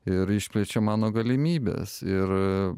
ir išplečia mano galimybes ir